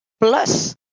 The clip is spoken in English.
plus